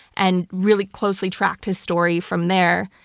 and really closely tracked his story from there.